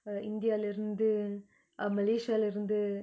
uh india lah இருந்து:irunthu uh malaysia lah இருந்து:irunthu